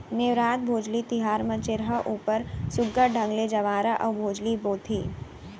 नेवरात, भोजली तिहार म चरिहा ऊपर सुग्घर ढंग ले जंवारा अउ भोजली बोथें